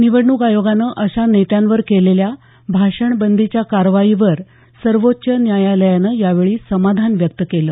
निवडणूक आयोगानं अशा नेत्यांवर केलेल्या भाषणबंदीच्या कारवाईवर सर्वोच्च न्यायालयानं यावेळी समाधान व्यक्त केलं